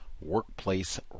workplace